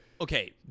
Okay